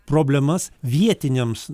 problemas vietiniams